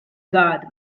guard